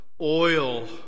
oil